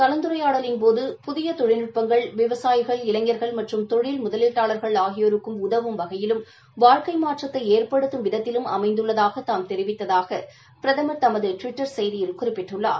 கலந்துரையாடலின்போது புதிய தொழில்நுட்பங்கள் விவசாயிகள் இளைஞர்கள் மற்றும் தொழில் இந்த முதலீட்டாளர்கள் ஆகியோரும் உதவும் வகையிலும் வாழ்க்கை மாற்றத்தை ஏற்படுத்தும் விதத்திலும் அமைந்துள்ளதாக தாம் தெரிவித்ததாக பிரதமர் தமது டுவிட்டர் செய்தியில் குறிப்பிட்டுள்ளார்